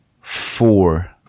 four